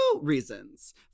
reasons